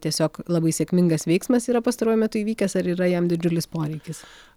tiesiog labai sėkmingas veiksmas yra pastaruoju metu įvykęs ar yra jam didžiulis poreikis